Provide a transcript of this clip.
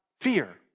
fear